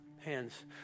hands